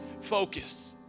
focus